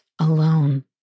alone